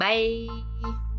Bye